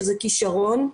שזה כישרון.